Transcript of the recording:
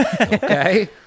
okay